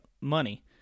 money